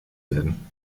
werden